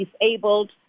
disabled